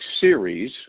series